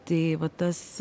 tai va tas